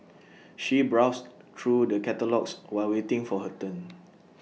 she browsed through the catalogues while waiting for her turn